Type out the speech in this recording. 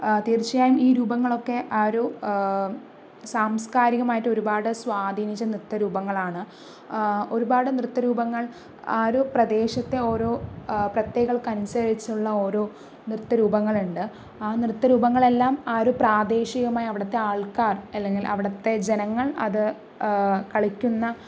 തീര്ച്ചയായും ഈ രൂപങ്ങളൊക്കെ ആ ഒരു സാംസ്കാരികമായിട്ട് ഒരുപാട് സ്വാധീനിച്ച നൃത്ത രൂപങ്ങളാണ് ഒരുപാട് നൃത്ത രൂപങ്ങള് ആ ഒരു പ്രദേശത്തെ ഓരോ പ്രത്യേകതകള്ക്കനുസരിച്ചുള്ള ഓരോ നൃത്ത രൂപങ്ങള് ഉണ്ട് ആ നൃത്ത രൂപങ്ങള് എല്ലാം ആ ഒരു പ്രാദേശികമായി അവിടുത്തെ ആള്ക്കാര് അല്ലെങ്കില് അവിടുത്തെ ജനങ്ങള് അത് കളിക്കുന്ന